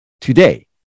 today